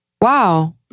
Wow